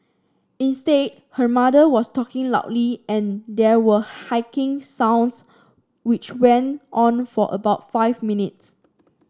instead her mother was talking loudly and there were hacking sounds which went on for about five minutes